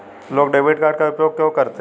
लोग debit card का उपयोग क्यों करते हैं?